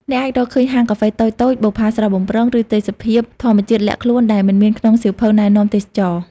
អ្នកអាចរកឃើញហាងកាហ្វេតូចៗ បុប្ផាស្រស់បំព្រង ឬទេសភាពធម្មជាតិលាក់ខ្លួនដែលមិនមានក្នុងសៀវភៅណែនាំទេសចរណ៍។